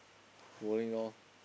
bowling lor